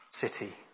city